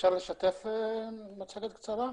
אפשר לשתף מצגת קצרה?